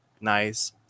nice